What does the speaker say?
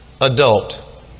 adult